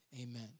Amen